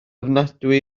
ofnadwy